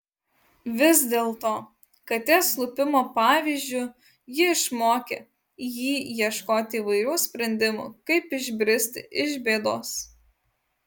vis dėlto katės lupimo pavyzdžiu ji išmokė jį ieškoti įvairių sprendimų kaip išbristi iš bėdos